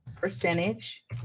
percentage